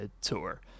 tour